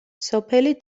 სოფელი